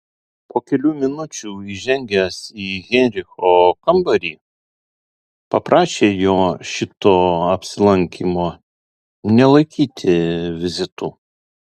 po kelių minučių įžengęs į heinricho kambarį paprašė jo šito apsilankymo nelaikyti vizitu